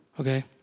okay